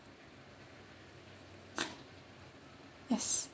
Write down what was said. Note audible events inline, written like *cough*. *noise* yes